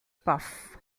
buff